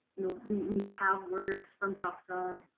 know we have words from choctaw